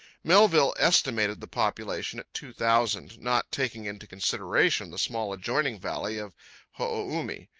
melville estimated the population at two thousand, not taking into consideration the small adjoining valley of ho-o-u-mi.